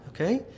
okay